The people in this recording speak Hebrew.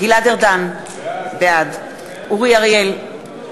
זאת הסיבה שהתעקשנו על קידום